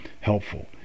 helpful